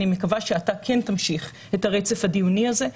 אני מקווה שאתה כן תמשיך את הרצף הדיוני הזה.